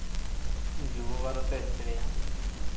Yuba Bharati stadium